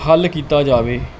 ਹੱਲ ਕੀਤਾ ਜਾਵੇ